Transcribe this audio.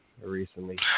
recently